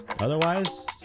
Otherwise